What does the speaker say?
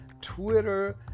Twitter